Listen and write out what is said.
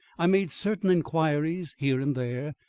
i made certain inquiries here and there,